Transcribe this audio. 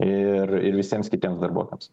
ir ir visiems kitiems darbuotojams